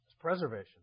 preservation